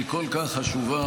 היא כל כך חשובה,